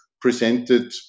presented